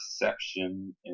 perception